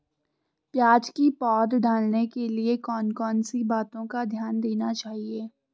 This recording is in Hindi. प्याज़ की पौध डालने के लिए कौन कौन सी बातों का ध्यान देना चाहिए?